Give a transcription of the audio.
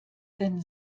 denn